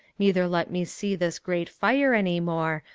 neither let me see this great fire any more,